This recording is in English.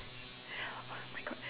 oh my god